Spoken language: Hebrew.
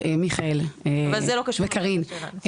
אבל זה לא קשור לוועדה שלנו.